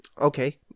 okay